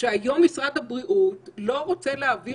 יכול לפתור את הבעיה הזאת, אני מעביר